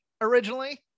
originally